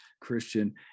Christian